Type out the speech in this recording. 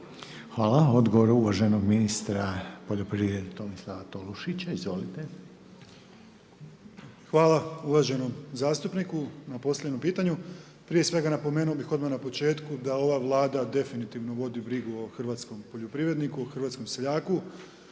Hvala. Odgovor uvaženog ministra poljoprivrede Tomislava Tolušića. Izvolite. **Tolušić, Tomislav (HDZ)** Hvala uvaženom zastupniku na postavljenom pitanju. Prije svega napomenuo bih odmah na početku da ova Vlada definitivno vodi brigu o hrvatskom poljoprivredniku, hrvatskom seljaku,